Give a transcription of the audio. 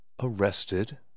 Arrested